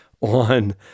on